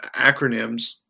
acronyms